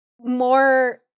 more